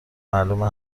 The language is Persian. معلومه